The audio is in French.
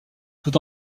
tout